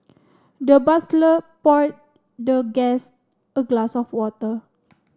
the butler poured the guest a glass of water